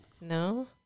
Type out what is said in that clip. No